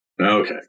Okay